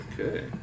Okay